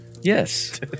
Yes